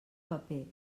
paper